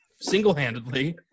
single-handedly